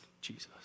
Jesus